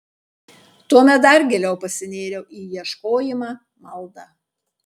tuomet dar giliau pasinėriau į ieškojimą maldą